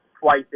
twice